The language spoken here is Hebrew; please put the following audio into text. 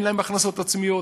אין להם הכנסות עצמיות,